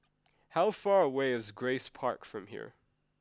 how far away is Grace Park from here